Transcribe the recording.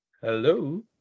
Hello